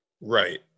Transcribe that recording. Right